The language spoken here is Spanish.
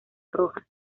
rojas